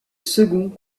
second